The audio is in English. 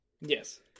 Yes